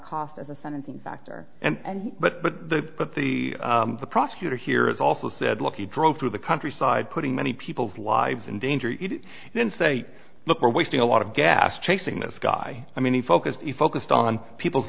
cost as a sentencing factor and but but the but the the prosecutor here is also said look he drove through the countryside putting many people's lives in danger and say look we're wasting a lot of gas chasing this guy i mean the focus to be focused on people's